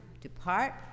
depart